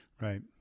right